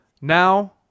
Now